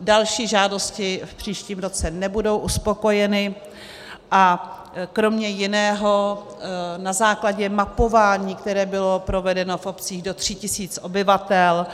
Další žádosti v příštím roce nebudou uspokojeny a kromě jiného na základě mapování, které bylo provedeno v obcích do 3 tis. obyvatel,